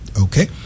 Okay